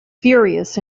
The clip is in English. furious